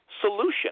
solution